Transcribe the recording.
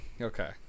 Okay